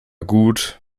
gut